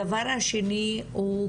הדבר השני הוא,